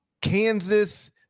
Kansas